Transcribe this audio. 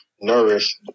nourish